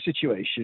situation